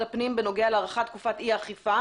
הפנים בנוגע להארכת תקופת אי האכיפה.